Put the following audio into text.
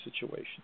situation